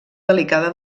delicada